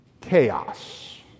chaos